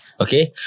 Okay